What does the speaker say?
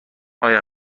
آیای